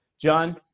John